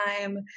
time